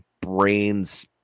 brain's